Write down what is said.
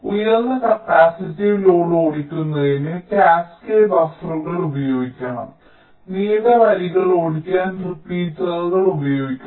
ഉയർന്ന capacitive load ഓടിക്കുന്നതിന് cascade ബഫറുകൾ ഉപയോഗിക്കണം നീണ്ട വരികൾ ഓടിക്കാൻ റിപ്പീറ്ററുകൾ ഉപയോഗിക്കണം